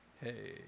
Hey